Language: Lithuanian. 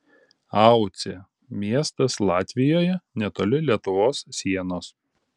aucė miestas latvijoje netoli lietuvos sienos